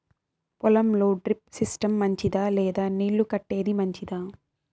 పొలం లో drip system మంచిదా లేదా నీళ్లు కట్టేది మంచిదా?